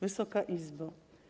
Wysoka Izbo!